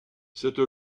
cette